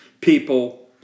people